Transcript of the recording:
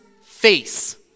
face